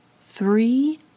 three